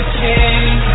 king